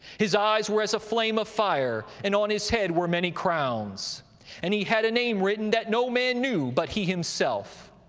his eyes were as a flame of fire, and on his head were many crowns and he had a name written, that no man knew, but he himself.